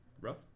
rough